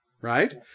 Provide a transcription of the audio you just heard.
right